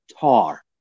tar